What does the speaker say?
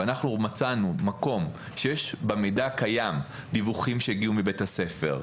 ואנחנו מצאנו מקום שיש במידע הקיים דיווחים שהגיעו מבית הספר,